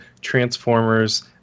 Transformers